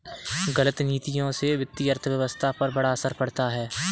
गलत नीतियों से वित्तीय अर्थव्यवस्था पर बड़ा असर पड़ता है